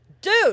Dude